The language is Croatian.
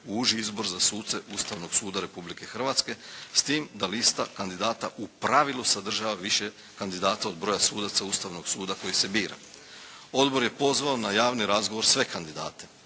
u uži izbor za suce Ustavnog suda Republike Hrvatske, s tim da lista kandidata u pravilu sadržava više kandidata od broja sudaca Ustavnog suda koji se bira. Odbor ja pozvao na javni razgovor sve kandidate.